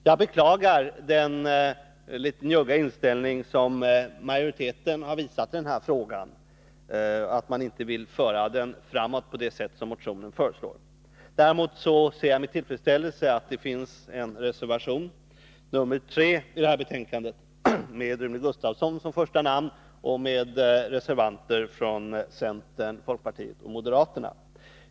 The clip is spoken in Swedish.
Jag beklagar den litet njugga inställning som majoriteten har visat i den här frågan — att man inte vill föra den framåt på det sätt som motionen föreslår. Däremot ser jag med tillfredsställelse att det finns en reservation, nr 3, med Rune Gustavsson som första namn och med reservanter från centern, folkpartiet och moderaterna.